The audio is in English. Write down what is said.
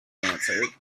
answered